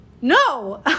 No